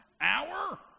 hour